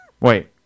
Wait